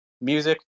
Music